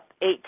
eight